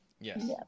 Yes